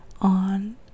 on